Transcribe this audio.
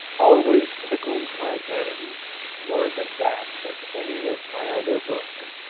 always tickles my vanity more than that of any of my other books.